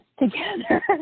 together